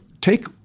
take